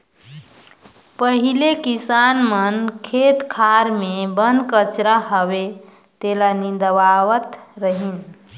पहिले किसान मन खेत खार मे बन कचरा होवे तेला निंदवावत रिहन